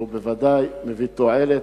שהוא בוודאי יביא תועלת.